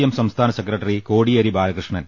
M സംസ്ഥാന സെക്രട്ടറി Kodiyeri Balakrishnan